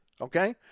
okay